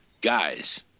guys